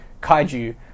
Kaiju